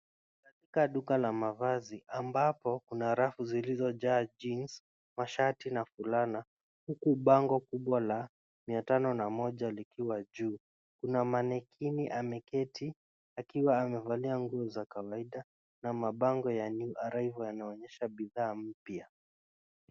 Katika duka la mavazi ambapo kuna rafu zilizojaa jeans , mashati na fulana huku bango kubwa la mia tano na moja likiwa juu. Kuna manekini ameketi akiwa amevalia nguo za kawaida na mabango ya New Arrivals yanaonyesha bidhaa mpya.